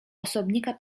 osobnika